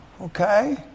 Okay